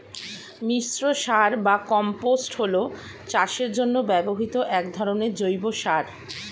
মিশ্র সার বা কম্পোস্ট হল চাষের জন্য ব্যবহৃত এক ধরনের জৈব সার